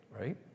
right